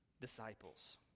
disciples